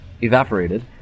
evaporated